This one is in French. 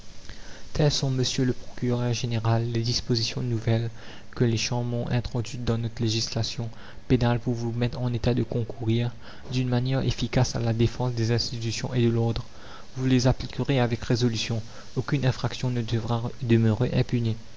telles sont monsieur le procureur général les dispositions nouvelles que les chambres ont introduites dans notre législation pénale pour vous mettre en état de concourir d'une manière efficace à la défense des institutions et de l'ordre vous les appliquerez avec résolution aucune infraction ne devra demeurer impunie